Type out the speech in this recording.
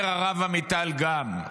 אומר הרב עמיטל גם: